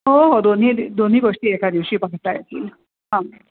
हो हो दोन्ही दि दोन्ही गोष्टी एका दिवशी पाहता येतील